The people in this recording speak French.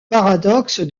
paradoxe